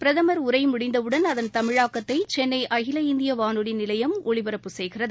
பிரதமர் உரை முடிந்தவுடன் அதன் தமிழாக்கத்தை சென்னை அகில இந்திய வானொலி நிலையம் ஒலிபரப்புகிறது